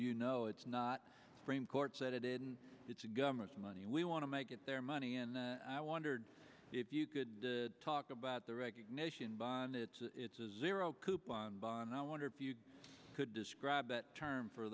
you know it's not framed courts edited and it's the government's money we want to make it their money and i wondered if you could talk about the recognition by it's a zero coupon bond i wonder if you could describe that term for